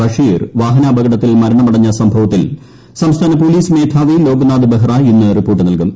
ബഷീർ വാഹനാപകടത്തിൽ മരണമടഞ്ഞ സംഭവത്തിൽ സംസ്ഥാന പോലീസ് മേധാവി ലോക്നാഥ് ബെഹ്റ ഇന്ന് റിപ്പോർട്ട് നൽകും